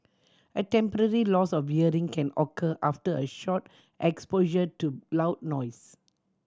a temporary loss of can occur after a short exposure to loud noise